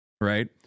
right